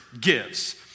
gives